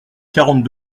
quarante